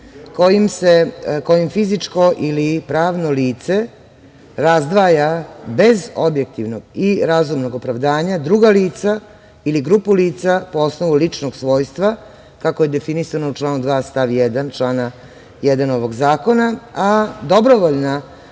kojim fizičko ili pravno lice razdvaja bez objektivno i razumnog opravdanja druga lica ili grupu lica po osnovu ličnog svojstva kako je definisano u članu 2. stav 1. člana 1. ovog zakona, a dobrovoljna